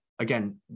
Again